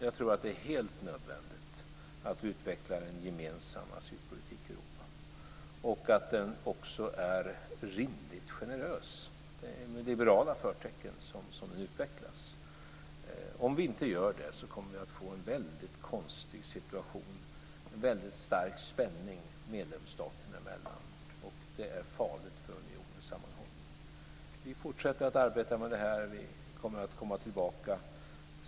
Jag tror att det är helt nödvändigt att utveckla en gemensam asylpolitik i Europa liksom att denna politik också är rimligt generös, att det är med liberala förtecken som den utvecklas. Om vi inte gör det kommer vi att få en väldigt konstig situation, en väldigt stark spänning medlemsstaterna emellan. Det är farligt för unionens sammanhållning. Vi fortsätter att arbeta med det här. Vi kommer att komma tillbaka.